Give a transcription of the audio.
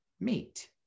meet